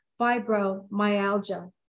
fibromyalgia